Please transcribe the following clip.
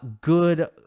good